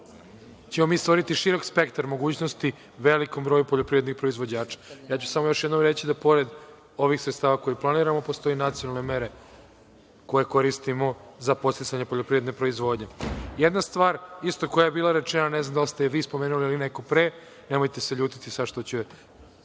ćemo mi stvoriti širok spektar mogućnosti velikom broju poljoprivrednih proizvođača. Ja ću samo još jednom reći da pored ovih sredstava koje planiramo, postoje nacionalne mere koje koristimo za podsticanje poljoprivredne proizvodnje. Jedna stvar, isto koja je bila rečena, ne znam da li ste je vi spomenuli ili neko pre, nemojte se ljutiti sad što ću